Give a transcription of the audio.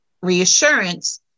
reassurance